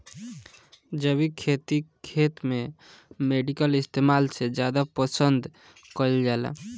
जैविक खेती खेत में केमिकल इस्तेमाल से ज्यादा पसंद कईल जाला